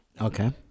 Okay